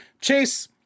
Chase